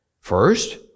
First